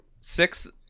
six